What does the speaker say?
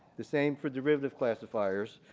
the same for derivative classifiers.